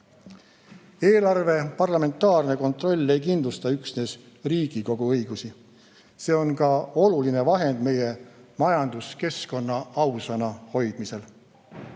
Eelarve parlamentaarne kontroll ei kindlusta üksnes Riigikogu õigusi. See on ka oluline vahend meie majanduskeskkonna ausana hoidmisel.